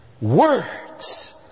Words